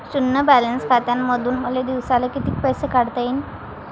शुन्य बॅलन्स खात्यामंधून मले दिवसाले कितीक पैसे काढता येईन?